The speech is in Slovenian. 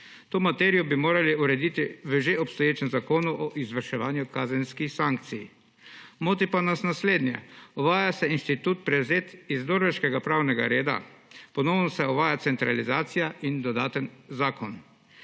To materijo bi morali urediti v že obstoječem Zakonu o izvrševanju kazenskih sankcij. Moti nas naslednje. Uvaja se institut, prevzet iz norveškega pravnega reda, ponovno se uvaja centralizacija in dodaten zakon.